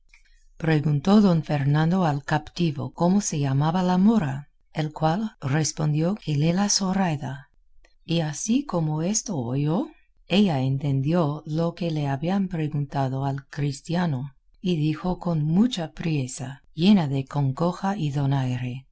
preguntó don fernando al captivo cómo se llamaba la mora el cual respondió que lela zoraida y así como esto oyó ella entendió lo que le habían preguntado al cristiano y dijo con mucha priesa llena de congoja y donaire